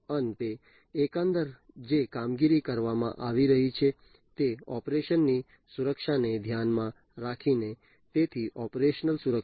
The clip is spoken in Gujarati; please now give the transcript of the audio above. અંતે એકંદરે જે કામગીરી કરવામાં આવી રહી છે તે ઓપરેશન ની સુરક્ષાને ધ્યાનમાં રાખીને તેથી ઓપરેશનલ સુરક્ષા